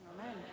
Amen